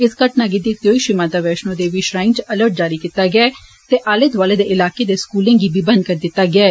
इस घटना गी दिक्खदे होई श्री माता वैश्णो देवी श्राइन च अलर्ट जारी कीता गेआ ऐ ते आले दोआले दे इलाके दे स्कूलें गी बंद करी दिता गेआ ऐ